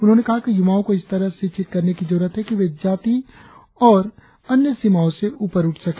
उन्होंने कहा कि युवाओं को इस तरह शिक्षित करने की जरुरत है कि वे जाति और वर की सीमाओं से ऊपर उठ सके